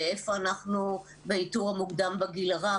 איפה אנחנו באיתור המוקדם בגיל הרך?